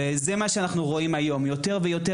זה מה שאנחנו רואים היום: יותר ויותר